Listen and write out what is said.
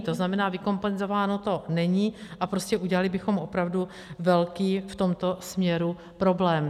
To znamená, vykompenzováno to není a udělali bychom opravdu velký v tomto směru problém.